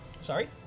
Sorry